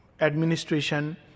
administration